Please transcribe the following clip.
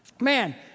man